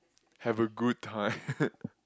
have a good time